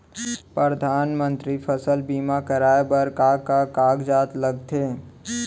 परधानमंतरी फसल बीमा कराये बर का का कागजात लगथे?